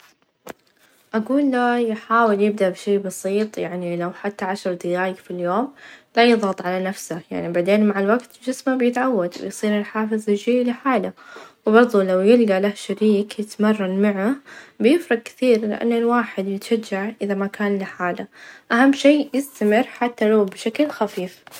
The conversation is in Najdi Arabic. أفظل أسمع الموسيقى العصرية؛ لإنها تعكس التوجيهات الحالية وتعتبر عن مشاعر وتجارب الناس في الوقت -ال- الحالي، كمان تقدر تجمع بين أنماط موسيقية مختلفة، وتضيف لمسات جديدة، يعني خذيها مثيرة، ومتنوعة، لكن أحيانًا استمتع بالموسيقى الكلاسيكية لأنها تعطي شعور بالهدوء، والعمق.